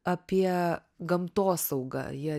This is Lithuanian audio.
apie gamtosaugą jie